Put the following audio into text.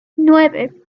nueve